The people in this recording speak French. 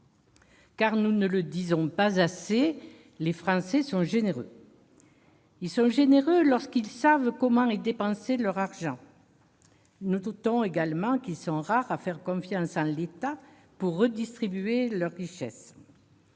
Car- nous ne le disons pas assez -les Français sont généreux ! Ils sont généreux lorsqu'ils savent comment est dépensé leur argent. Notons également qu'ils sont rares à faire confiance à l'État pour redistribuer les richesses.